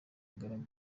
ingaragu